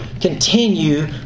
Continue